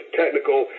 technical